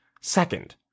Second